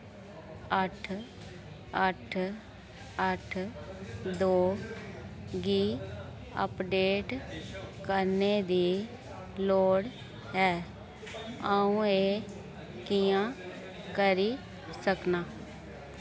अट्ठ अट्ठ अट्ठ दो गी अपडेट करने दी लोड़ ऐ अं'ऊ एह् कि'यां करी सकनां